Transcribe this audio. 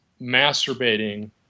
masturbating